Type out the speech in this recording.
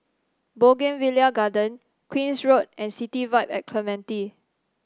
Bougainvillea Garden Queen's Road and City Vibe at Clementi